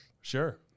Sure